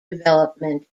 development